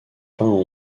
peint